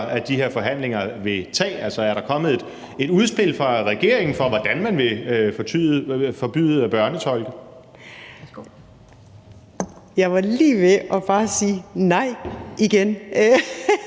de her forhandlinger vil tage? Altså, er der kommet et udspil fra regeringen om, hvordan man vil forbyde børnetolke? Kl. 17:38 Anden